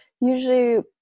usually